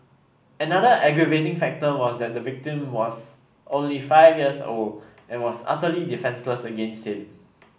another aggravating factor was that the victim was only five years old and was utterly defenceless against him